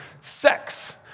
sex